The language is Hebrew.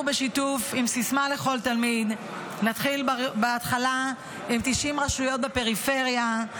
בשיתוף עם "סיסמה לכל תלמיד" אנחנו נתחיל בהתחלה עם 90 רשויות בפריפריה.